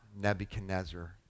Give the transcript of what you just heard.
Nebuchadnezzar